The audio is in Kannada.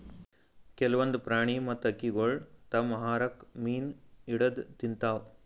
ಕೆಲ್ವನ್ದ್ ಪ್ರಾಣಿ ಮತ್ತ್ ಹಕ್ಕಿಗೊಳ್ ತಮ್ಮ್ ಆಹಾರಕ್ಕ್ ಮೀನ್ ಹಿಡದ್ದ್ ತಿಂತಾವ್